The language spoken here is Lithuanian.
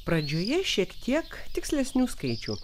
pradžioje šiek tiek tikslesnių skaičių